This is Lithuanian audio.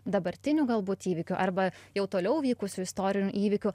dabartinių galbūt įvykių arba jau toliau vykusių istorinių įvykių